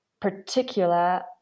particular